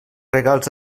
regals